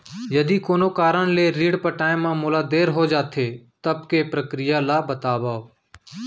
यदि कोनो कारन ले ऋण पटाय मा मोला देर हो जाथे, तब के प्रक्रिया ला बतावव